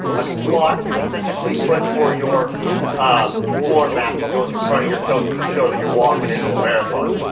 a slot specifically put for your um floor mat that goes in front of your coach to show that you're walking into a marathon.